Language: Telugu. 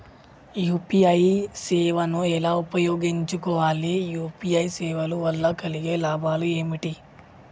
యూ.పీ.ఐ సేవను ఎలా ఉపయోగించు కోవాలి? యూ.పీ.ఐ సేవల వల్ల కలిగే లాభాలు ఏమిటి?